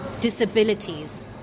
disabilities